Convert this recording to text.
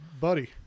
buddy